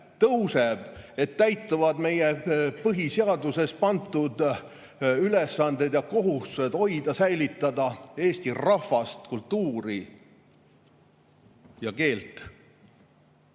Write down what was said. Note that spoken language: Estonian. et täituvad meile põhiseaduses pandud ülesanded ja kohustused hoida ja säilitada eesti [rahvust], kultuuri ja keelt?!